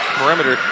perimeter